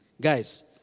Guys